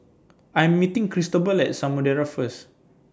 I Am meeting Cristobal At Samudera First